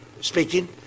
speaking